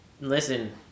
Listen